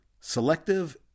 Selective